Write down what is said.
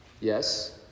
Yes